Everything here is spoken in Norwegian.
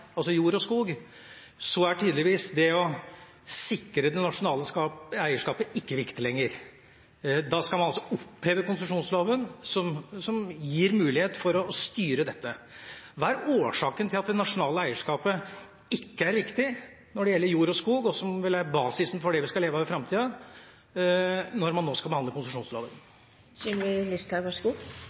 altså jord og skog, og da er tydeligvis det å sikre det nasjonale eierskapet ikke viktig lenger. Da skal man altså oppheve konsesjonsloven, som gir mulighet for å styre dette. Hva er årsaken til at det nasjonale eierskapet ikke er viktig når det gjelder jord og skog, som vel er basisen for det vi skal leve av i framtida, når man nå skal behandle